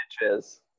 inches